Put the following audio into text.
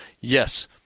yes